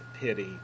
pity